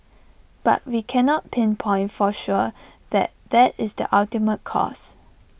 but we cannot pinpoint for sure that that is the ultimate cause